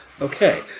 okay